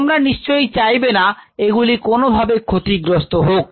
তোমরা নিশ্চয়ই চাইবে না এগুলি কোন ভাবে ক্ষতিগ্রস্ত হোক